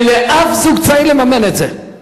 אין לאף זוג צעיר אפשרות לממן את זה.